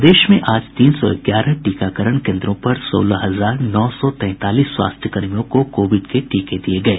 प्रदेश में आज तीन सौ ग्यारह टीकाकरण केन्द्रों पर सोलह हजार नौ सौ तैंतालीस स्वास्थ्य कर्मियों को कोविड के टीके दिये गये